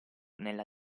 nella